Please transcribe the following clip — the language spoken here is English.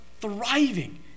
thriving